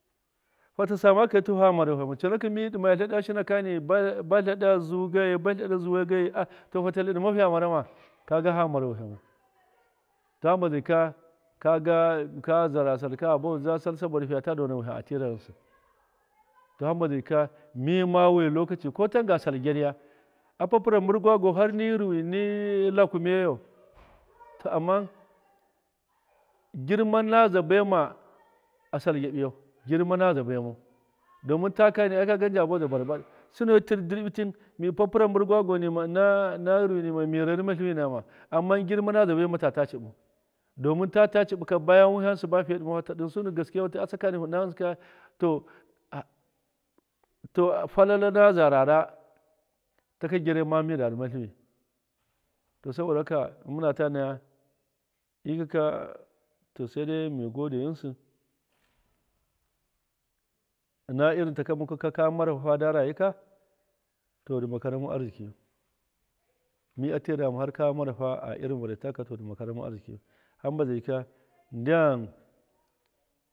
Fata sama kaitu fama mara wihamu conakɨ mi ɗima tleɗa shina kani ba- ba tleɗa zuu geyi ba tleɗa zuwai geyi to a- fata tleɗimau fiya mara ma kaga hama mara wihamu to hamba zai jika kaga ka zara sall ka ha bahu za sall saboda fiya ta dona wiham a tɨra ghɨnsɨ. To hamba zai jika mi ma a wi lokaci ko tanga sall gyarya. a papɨra ni mbɨrgwagwo ni ghɨrɨwi ni lakumiyayau to ama girma naza a baima na a sall gyaɓiyau girma naza baimau domin takaka kani njiya boza barbabaɗɨ sɨno tir dɨrɓitim mi papɨra ni mbɨrgwagwo nima ɨna-ɨna ghɨrɨwi mi rarɨma ni tliwi nama, ama girna naza a baima ta ta ciɓu domin ta ta ciɓi ka bayan wiham sɨba fiye ɗɨmau ha ta ɗɨnsu ndi gaskewatɨ ka to to falala naza rara ta gyarya ma mida rɨma tliwi, to saboda haka mɨn mɨna ta naya ɗikaka to sedai mi gode ghɨnsɨ.ɨna irin taka mukuka ka marahu fada rayika to dɨma karamin arzikiyu mi atɨrama har kamarafa a- irin vare ta kaka dɨ karamin arzikiyu hamba zai jika ndyam.